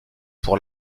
pour